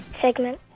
segment